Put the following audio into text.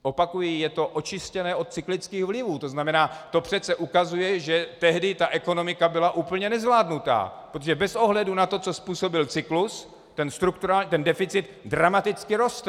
Opakuji, je to očištěné od cyklických vlivů, to znamená, že to přece ukazuje, že tehdy ta ekonomika byla úplně nezvládnutá, protože bez ohledu na to, co způsobil cyklus, deficit dramaticky rostl.